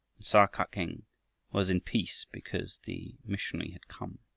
and sa-kak-eng was in peace because the missionary had come.